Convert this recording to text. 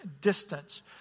distance